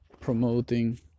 promoting